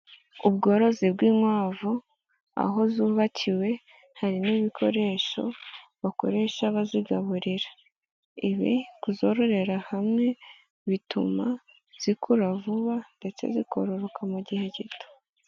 Ubworozi bw'inkwavu aho zubakiwe hari n'ibikoresho bakoresha bazigaburira, ibi kuzororera hamwe bituma zikura vuba ndetse zikororoka mu gihe gito.